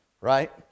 right